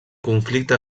conflicte